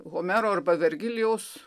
homero arba vergilijaus